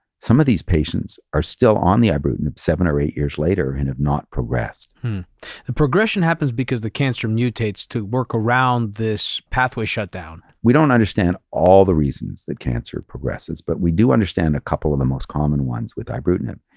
some of these patients are still on the ibrutinib seven or eight years later and have not progressed. the progression happens because the cancer mutates to work around this pathway shutdown. shutdown. we don't understand all the reasons that cancer progresses, but we do understand a couple of the most common ones with ibrutinib.